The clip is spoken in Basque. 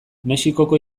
mexikoko